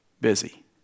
busy